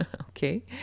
Okay